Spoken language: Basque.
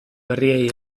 berriei